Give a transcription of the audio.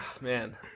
Man